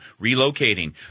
relocating